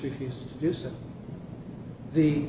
refuse to do so the